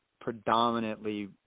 predominantly